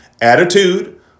Attitude